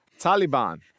Taliban